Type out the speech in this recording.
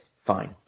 Fine